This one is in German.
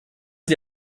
sie